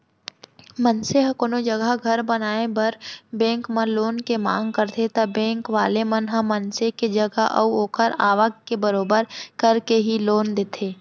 मनसे ह कोनो जघा घर बनाए बर बेंक म लोन के मांग करथे ता बेंक वाले मन ह मनसे के जगा अऊ ओखर आवक के बरोबर करके ही लोन देथे